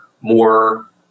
more